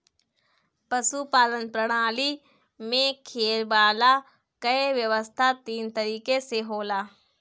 पशुपालन प्रणाली में खियवला कअ व्यवस्था तीन तरीके से होला